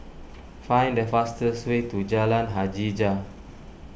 find the fastest way to Jalan Hajijah